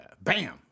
bam